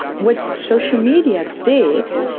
what social media did,